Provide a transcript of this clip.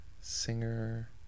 singer